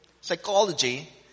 psychology